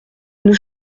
nous